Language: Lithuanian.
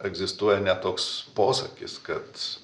egzistuoja net toks posakis kad